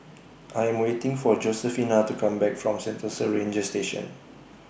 I Am waiting For Josefina to Come Back from Sentosa Ranger Station